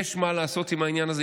יש מה לעשות עם העניין הזה,